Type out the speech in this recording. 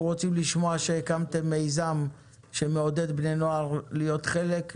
רוצים לשמוע שהקמתם מיזם שמעודד בני נוער להיות חלק,